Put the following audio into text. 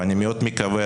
ואני מאוד מקווה,